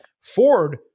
Ford